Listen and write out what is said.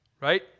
right